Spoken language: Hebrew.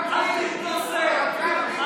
אל תתנשא.